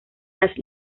las